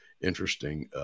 interesting